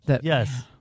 Yes